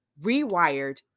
rewired